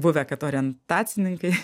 buvę kad orientacininkai